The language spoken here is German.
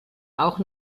auch